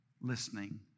Listening